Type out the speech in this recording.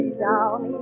down